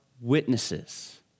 witnesses